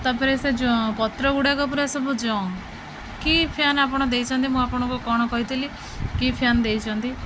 ତା'ପରେ ସେ ପତ୍ର ଗୁଡ଼ାକ ପୁରା ସବୁ ଜଙ୍କ୍ କି ଫ୍ୟାନ୍ ଆପଣ ଦେଇଛନ୍ତି ମୁଁ ଆପଣଙ୍କୁ କ'ଣ କହିଥିଲି କି ଫ୍ୟାନ୍ ଦେଇଛନ୍ତି